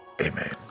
Amen